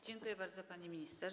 Dziękuję bardzo, pani minister.